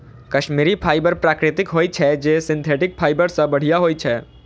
Kashmiri fibre प्राकृतिक होइ छै, जे सिंथेटिक फाइबर सं बढ़िया होइ छै